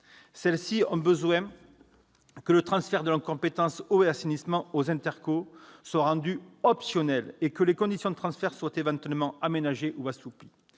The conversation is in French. Celles-ci ont besoin que le transfert de leurs compétences « eau » et « assainissement » aux intercommunalités soit rendu optionnel et que les conditions de ce transfert éventuel soient aménagées et assouplies.